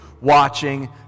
watching